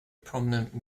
prominent